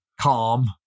calm